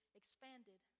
expanded